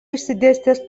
išsidėstęs